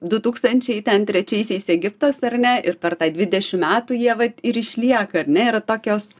du tūkstančiai ten trečiaisiais egiptas ar ne ir per tą dvidešimt metų jie vat ir išlieka ar ne yra tokios